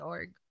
Org